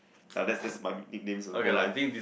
ya that that's my nicknames in the whole life